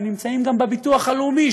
נמצאים גם בביטוח הלאומי,